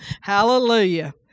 Hallelujah